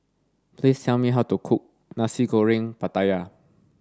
please tell me how to cook Nasi Goreng Pattaya